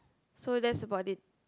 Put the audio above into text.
so that's about it